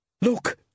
look